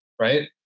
Right